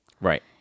Right